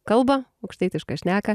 kalbą aukštaitišką šneką